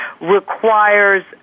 requires